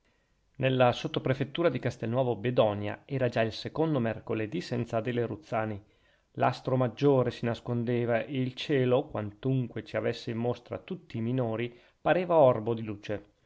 nella sottoprefettura di castelnuovo bedonia era già il secondo mercoledì senza adele ruzzani l'astro maggiore si nascondeva e il cielo quantunque ci avesse in mostra tutti i minori pareva orbo di luce